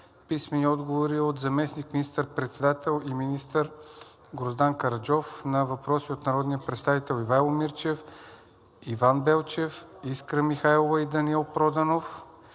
Димитър Гюрев; - заместник министър-председателя и министър Гроздан Караджов на въпроси на народните представители Ивайло Мирчев, Иван Белчев, Искра Михайлова и Даниел Проданов;